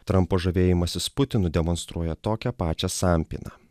trampo žavėjimasis putinu demonstruoja tokią pačią sampyną